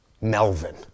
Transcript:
Melvin